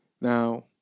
Now